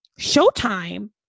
showtime